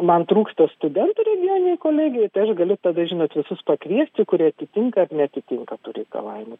man trūksta studentų regioninėj kolegijoj tai aš galiu tada žinot visus pakviesti kurie atitinka ar neatitinka tų reikalavimų